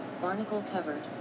barnacle-covered